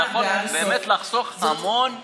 זה היה חוסך המון בעיות.